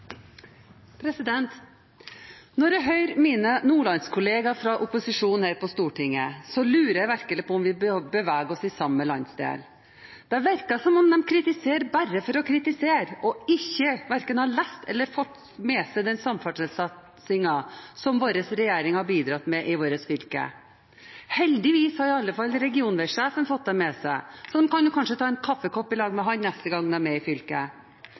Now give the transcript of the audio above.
Når jeg hører mine nordlandskolleger fra opposisjonen her på Stortinget, så lurer jeg virkelig på om vi beveger oss i samme landsdel. Det virker som om de kritiserer bare for å kritisere, og verken har lest eller fått med seg den samferdselssatsingen som vår regjering har bidratt med i fylket vårt. Heldigvis har iallfall regionveisjefen fått det med seg, så de kan kanskje ta en kaffekopp i lag med han neste gang de er i fylket.